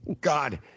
God